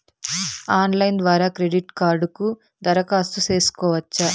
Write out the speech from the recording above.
Online ద్వారా credit కార్డుకు దరఖాస్తు సేసుకోవచ్చా?